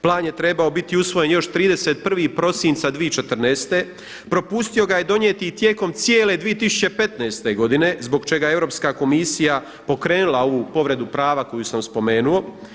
Plan je trebao biti usvojen još 31. prosinca 2014. propustio ga je donijeti i tijekom cijele 2015. godine zbog čega je Europska komisija pokrenula ovu povredu prava koju sam spomenuo.